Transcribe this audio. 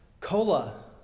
cola